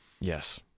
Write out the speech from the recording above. Yes